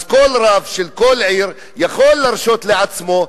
אז כל רב של כל עיר יכול להרשות לעצמו,